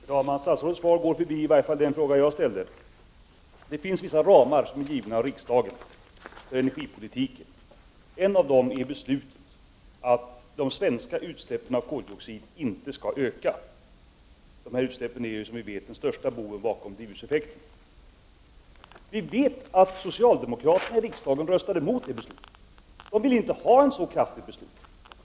Herr talman! Statsrådets svar går förbi i varje fall den fråga som jag ställde. Det finns när det gäller energipolitiken vissa ramar, som är givna av riksdagen. En av dessa ramar är beslutet att de svenska utsläppen av koldioxid inte skall öka — det är allmänt känt att dessa utsläpp är den största boven bakom drivhuseffekten. Vi vet att de socialdemokratiska ledamöterna i riksdagen röstade emot detta beslut. De motsatte sig ett så kraftfullt beslut.